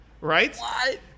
Right